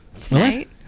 tonight